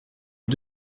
est